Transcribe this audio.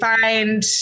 find